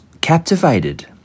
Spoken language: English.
captivated